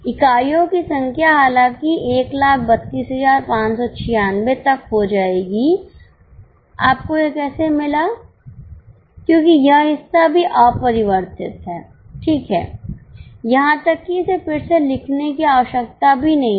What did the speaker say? इकाइयों की संख्या हालाँकि 132596 तक हो जाएगी आपको यह कैसे मिला क्योंकि यह हिस्सा भी अपरिवर्तित हैठीक है यहां तक कि इसे फिर से लिखने की आवश्यकता भी नहीं है